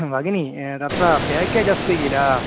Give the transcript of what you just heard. भगिनी तत्र पेकेज् अस्ति किल